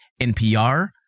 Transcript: NPR